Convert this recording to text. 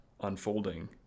unfolding